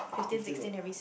fifteen what